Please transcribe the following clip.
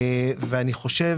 ואני חושב